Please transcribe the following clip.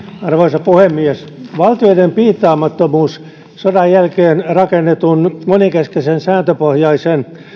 arvoisa puhemies valtioiden piittaamattomuus sodan jälkeen rakennetun monenkeskisen sääntöpohjaisen